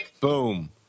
Boom